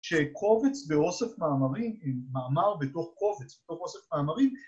שקובץ ואוסף מאמרים, מאמר בתוך קובץ, בתוך אוסף מאמרים